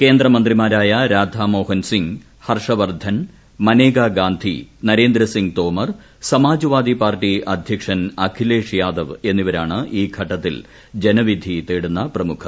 കേന്ദ്ര മന്ത്രിമാരായ രാധാ മോഹൻ സിങ് ഹർഷവർധൻ മനേകാഗാന്ധി നരേന്ദ്രസിംഗ് തോമർ സമാജ്വാദി പാർട്ടി അധ്യക്ഷൻ അഖിലേഷ് യാദവ് എന്നിവരാണ് ഈ ഘട്ടത്തിൽ ജനവിധി തേടുന്ന പ്രമുഖർ